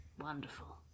Wonderful